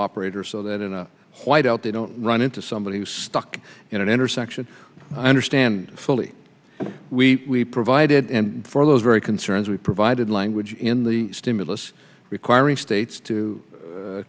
operators so that in a white out they don't run into somebody who's stuck in an intersection i understand fully we provided and for those very concerns we provided language in the stimulus requiring states to